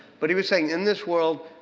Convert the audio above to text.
but he was saying in this world